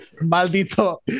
maldito